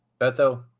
Beto